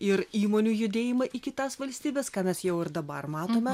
ir įmonių judėjimą į kitas valstybes ką mes jau ir dabar matome